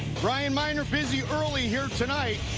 brian minor early here tonight.